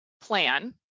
plan